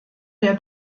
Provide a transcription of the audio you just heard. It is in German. der